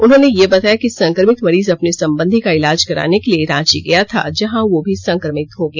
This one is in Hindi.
उन्होंने यह बताया कि संक्रमित मरीज अपने संबंधी का इलाज कराने के लिए रांची गया था जहां वह भी संक्रमित हो गया